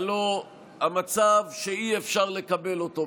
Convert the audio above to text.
הלוא המצב שאי-אפשר לקבל אותו,